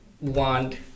want